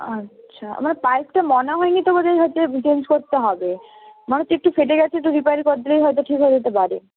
আচ্ছা আমার পাইপটা মনে হয় নি তো হচ্ছে চেঞ্জ করতে হবে মনে হচ্ছে একটু ফেটে গেছে একটু রিপেয়ার করে দিলেই হয়তো ঠিক হয়ে যেতে পারে